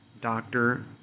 doctor